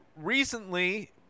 recently